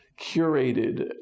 curated